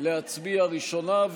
להצביע ראשונה.